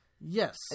Yes